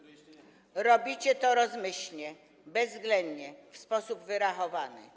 Robicie to rozmyślnie, bezwzględnie, w sposób wyrachowany.